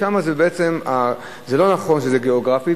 שם זה לא נכון גיאוגרפית,